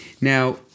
Now